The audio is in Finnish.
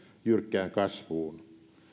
jyrkkään kasvuun